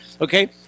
okay